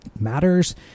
matters